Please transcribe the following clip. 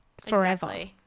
forever